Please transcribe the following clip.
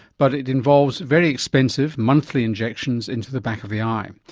but it involves very expensive monthly injections into the back of the eye. and